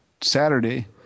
Saturday